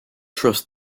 trust